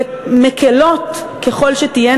מקילות ככל שתהיינה,